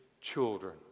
children